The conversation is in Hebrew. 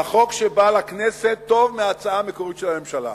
והחוק שבא לכנסת טוב מההצעה המקורית של הממשלה,